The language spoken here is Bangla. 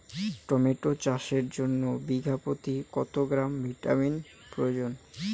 টমেটো চাষের জন্য বিঘা প্রতি কত গ্রাম ভিটামিন প্রয়োজন?